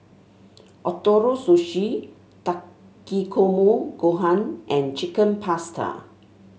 Ootoro Sushi Takikomi Gohan and Chicken Pasta